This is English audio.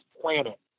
planet